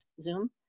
Zoom